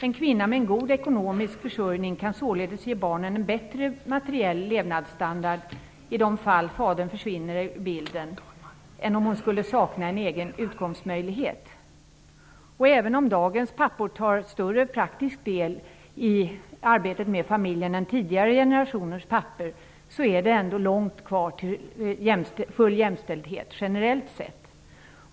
En kvinna med god ekonomisk försörjning kan således ge barnen en bättre materiell levnadsstandard i de fall som fadern försvinner ur bilden än om hon skulle sakna en egen utkomstmöjlighet. Även om dagens pappor tar större praktisk del i arbetet med familjen än tidigare generationers pappor är det ändå långt kvar till full jämställdhet generellt sett.